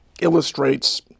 illustrates